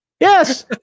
Yes